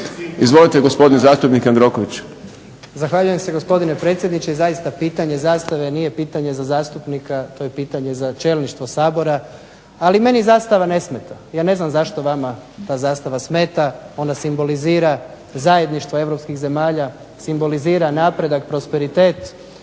Izvolite gospodin zastupnik Jandroković.